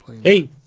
Hey